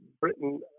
Britain